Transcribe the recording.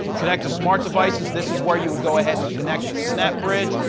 connect to smart devices. this is where you would go ahead and connect to snap bridge.